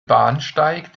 bahnsteig